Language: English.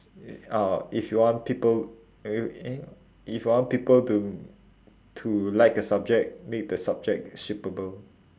uh if you want people eh wa wai~ eh if you want people to to like a subject make the subject shippable